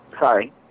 Sorry